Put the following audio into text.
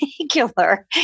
regular